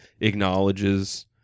acknowledges